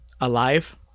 Alive